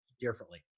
differently